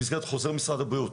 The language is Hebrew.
במסגרת חוזר משרד הבריאות.